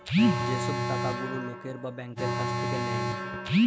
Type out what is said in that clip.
যে সব টাকা গুলা লকের বা ব্যাংকের কাছ থাক্যে লায়